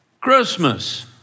Christmas